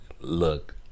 look